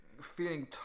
feeling